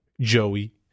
Joey